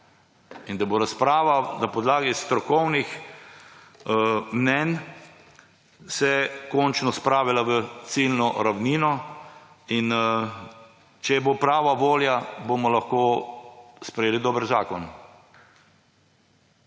da se bo razprava na podlagi strokovnih mnenj končno spravila v ciljno ravnino. In če bo prava volja, bomo lahko sprejeli dober zakon.